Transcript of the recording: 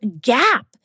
gap